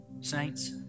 Saints